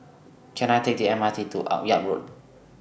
Can I Take The M R T to Akyab Road